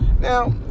Now